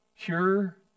pure